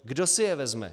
Kdo si je vezme?